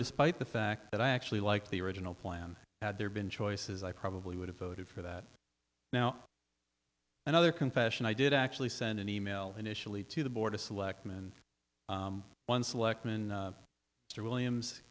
despite the fact that i actually like the original plan had there been choices i probably would have voted for that now another confession i did actually send an e mail initially to the board of selectmen one selectman williams